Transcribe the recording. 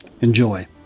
Enjoy